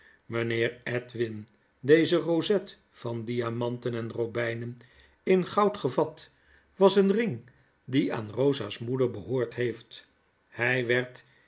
edwin deze rozet van diamanten en robijnen in goud gevat was een ring die aan rosa's moeder behoord heeft hij werd